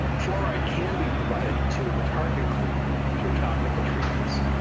fluoride can be provided to the target group through topical treatments.